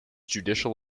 judicial